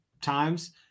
times